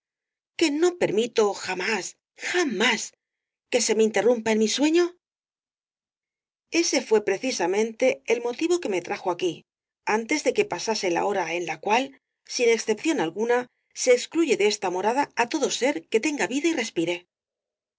que no permito jamás jamás que se me interrumpa en mi sueño ese fué precisamente el motivo que me trajo aquí antes de que pasase la hora en la cual sin excepción alguna se excluye de esta morada á todo ser que tenga vida y respire